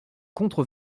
contre